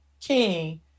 king